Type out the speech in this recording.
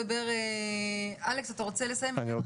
אלכס, אתה רוצה לסיים?